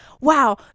wow